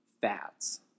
fats